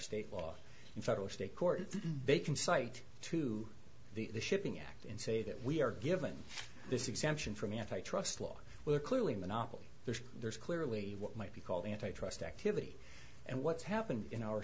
state law in federal state court bacon site to the shipping act and say that we are given this exemption from antitrust law we're clearly a monopoly there's clearly what might be called antitrust activity and what's happened in our